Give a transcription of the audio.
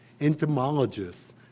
entomologists